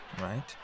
right